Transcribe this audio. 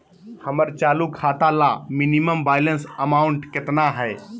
हमर चालू खाता ला मिनिमम बैलेंस अमाउंट केतना हइ?